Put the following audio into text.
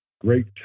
great